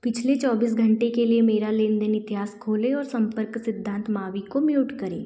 पिछले चौबीस घंटे के लिए मेरा लेनदेन इतिहास खोलें और संपर्क सिद्धांत मावी को म्यूट करें